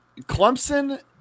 Clemson